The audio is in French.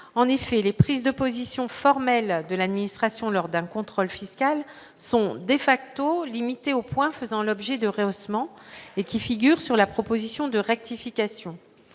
en effet les prises de position formelle de l'administration lors d'un contrôle fiscal sont des facto limitée au point faisant l'objet de réhaussement et qui figure sur la proposition de rectification,